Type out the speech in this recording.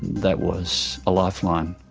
that was a lifeline.